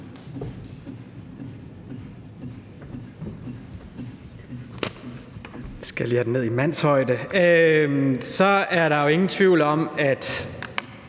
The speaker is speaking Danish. Der er jo ingen tvivl om, at